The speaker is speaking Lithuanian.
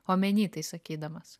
omeny tai sakydamas